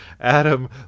Adam